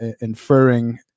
inferring